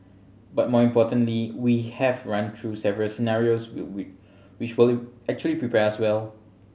but more importantly we have run through several scenarios which will actually prepare us well